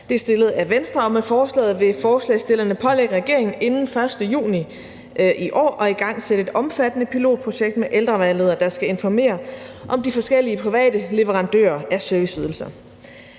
Det er fremsat af Venstre. Med forslaget vil forslagsstillerne pålægge regeringen inden den 1. juni i år at igangsætte et omfattende pilotprojekt med ældrevejledere, der skal informere om de forskellige private leverandører af serviceydelser.